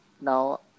Now